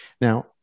Now